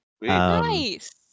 Nice